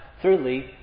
Thirdly